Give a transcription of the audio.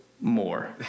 more